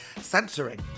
censoring